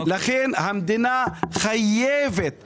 לכן המדינה חייבת להם.